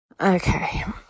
Okay